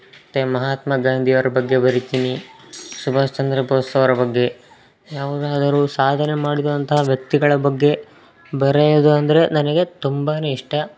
ಮತ್ತು ಮಹಾತ್ಮ ಗಾಂಧಿಯವ್ರ ಬಗ್ಗೆ ಬರಿತೀನಿ ಸುಭಾಷ್ ಚಂದ್ರ ಬೋಸ್ ಅವರ ಬಗ್ಗೆ ಯಾವುದಾದರು ಸಾಧನೆ ಮಾಡಿರುವಂತಹ ವ್ಯಕ್ತಿಗಳ ಬಗ್ಗೆ ಬರೆಯೋದು ಅಂದರೆ ನನಗೆ ತುಂಬಾ ಇಷ್ಟ